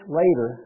later